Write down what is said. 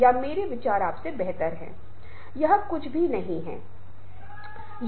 और इन सभी मामलों में हमने बहुत सारी चीजें सीखीं साथ साथ हमने विचारों को एक साथ साझा किया